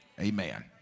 amen